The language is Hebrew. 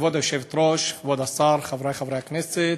כבוד היושבת-ראש, כבוד השר, חברי חברי הכנסת,